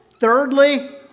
Thirdly